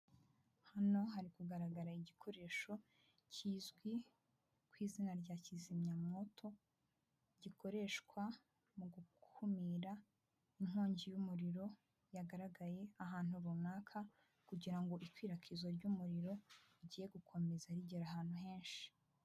Hano hari kugaragara igikoresho kizwi ku izina rya kizimyamwoto gikoreshwa mu gukumira inkongi y'umuriro yagaragaye ahantu runaka, kugira ngo ikwirakwizwa ry'umuriro rigiye gukomeza rigera ahantu henshi.